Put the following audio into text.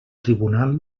tribunal